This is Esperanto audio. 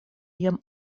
jam